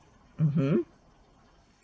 mmhmm